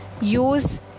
Use